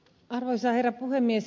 arvoisa herra puhemies